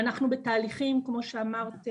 עידית, כמו שאמרת,